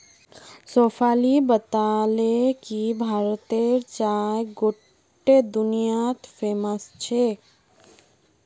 शेफाली बताले कि भारतेर चाय गोट्टे दुनियात फेमस छेक